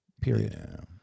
period